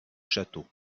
château